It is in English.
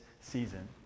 season